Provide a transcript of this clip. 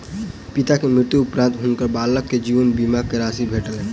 पिता के मृत्यु उपरान्त हुनकर बालक के जीवन बीमा के राशि भेटलैन